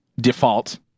default